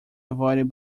avoided